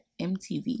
MTV